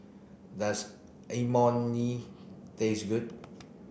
does Imoni taste good